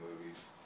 movies